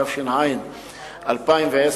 התש"ע 2010,